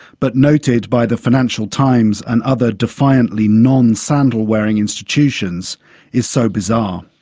but noted by the financial times and other defiantly non-sandal-wearing institutions is so bizarre.